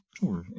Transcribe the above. sure